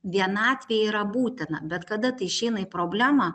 vienatvė yra būtina bet kada tai išeina į problemą